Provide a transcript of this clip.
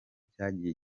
cyagiye